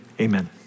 amen